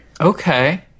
okay